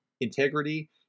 integrity